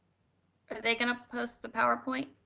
they gonna post the powerpoint?